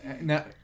Now